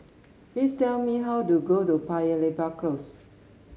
please tell me how to get to Paya Lebar Close